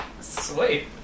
Sweet